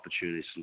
opportunities